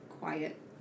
quiet